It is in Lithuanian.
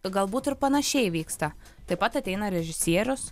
galbūt ir panašiai vyksta taip pat ateina režisierius